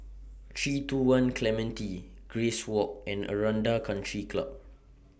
three two one Clementi Grace Walk and Aranda Country Club